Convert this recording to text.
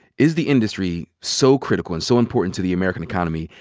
is the industry so critical, and so important to the american economy,